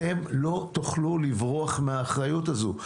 אתם לא תוכלו לברוח מהאחריות הזו.